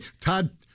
Todd